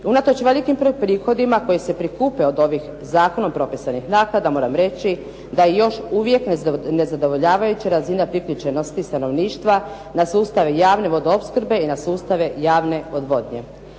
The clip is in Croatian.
Unatoč velikim prihodima koji se prikupe od ovih zakonom propisanih naknada, moram reći da još uvijek nezadovoljavajuća razina priključenosti stanovništva na sustav javne vodoopskrbe i na sustave javne odvodnje.